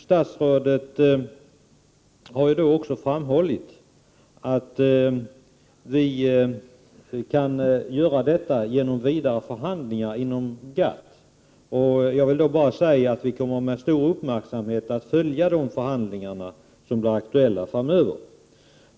Statsrådet framhöll också att vi kan göra detta genom vidare förhandlingar inom GATT. Jag kan då säga att vi kommer att med stor uppmärksamhet följa de förhandlingar som blir aktuella framöver.